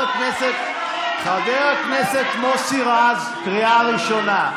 חבר הכנסת מוסי רז, קריאה ראשונה.